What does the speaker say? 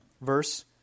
verse